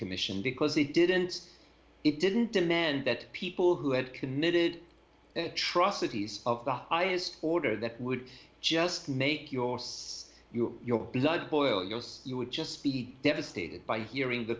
commission because it didn't it didn't demand that people who had committed atrocities of the highest order that would just make your spouse you or your blood boil yes you would just be devastated by hearing the